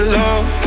love